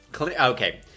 Okay